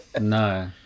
no